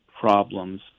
problems